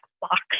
box